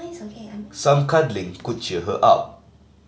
some cuddling could cheer her up